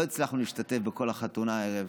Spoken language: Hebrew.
לא הצלחנו להשתתף בכל החתונה הערב.